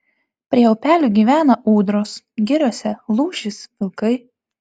prie upelių gyvena ūdros giriose lūšys vilkai